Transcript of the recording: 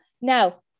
Now